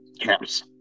caps